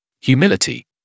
humility